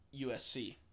USC